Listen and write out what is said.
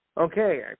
okay